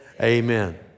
amen